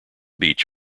beach